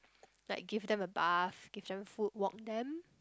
like give them a bath give them food walk them